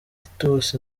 titus